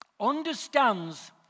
understands